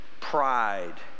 pride